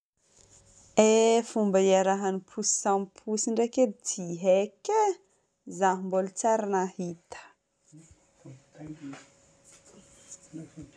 Eh fomba iarahan'ny posy samy posy ndraiky edy tsy haiko e. Za mbola tsy ary nahita.